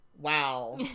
wow